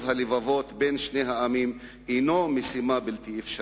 הלבבות בין שני העמים אינו משימה בלתי אפשרית.